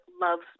loves